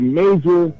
major